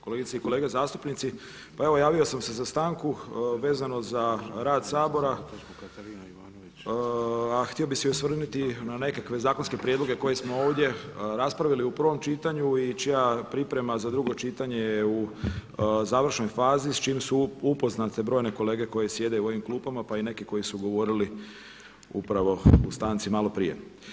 Kolegice i kolege zastupnici, pa evo javio sam se za stanku vezano za rad Sabora, a htio bih se osvrnuti i na nekakve zakonske prijedloge koje smo ovdje raspravili u prvom čitanju i čija priprema za drugo čitanje je u završnoj fazi s čim su upoznate brojne kolege koje sjede u ovim klupama, pa i neke koji su govorili upravo u stanci malo prije.